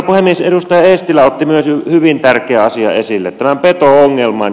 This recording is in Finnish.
edustaja eestilä otti myös hyvin tärkeän asian esille tämän peto ongelman